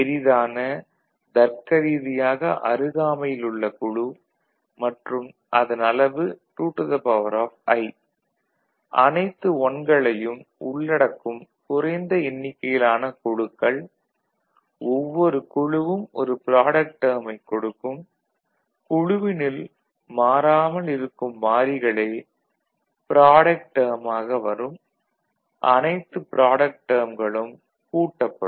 பெரிதான தருக்க ரீதியாக அருகாமையில் உள்ள குழு மற்றும் அதன் அளவு 2i அனைத்து "1" களையும் உள்ளடக்கும் குறைந்த எண்ணிகையிலான குழுக்கள் ஒவ்வொரு குழுவும் ஒரு ப்ராடக்ட் டேர்மைக் கொடுக்கும் குழுவினுள் மாறாமல் இருக்கும் மாறிகளே ப்ராடக்ட் டேர்மாக வரும் அனைத்து ப்ராடக்ட் டேர்மகளும் கூட்டப்படும்